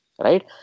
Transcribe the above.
Right